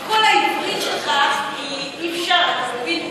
כי כל העברית שלך היא, אי-אפשר, אתה מבין?